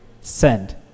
Send